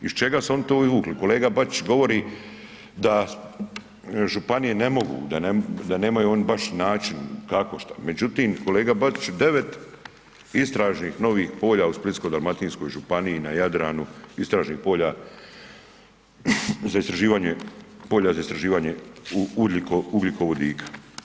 Iz čega su oni to vukli, kolega Bačić govori da županije ne mogu, da nemaju oni baš način kako šta, međutim kolega Bačiću 9 istražnih novih istražnih polja u Splitsko-dalmatinskoj županiji na Jadranu, istražnih polja za istraživanje, polja za istraživanje ugljikovodika.